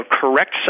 correct